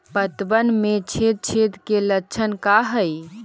पतबन में छेद छेद के लक्षण का हइ?